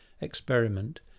experiment